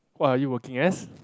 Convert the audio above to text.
what are you working as